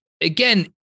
again